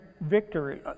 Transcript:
victory